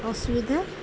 ଅସୁବିଧା